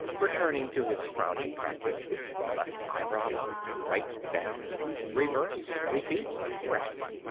returning to his frowning-practice left eyebrow up, right down, reverse, repeat, rest.